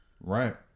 Right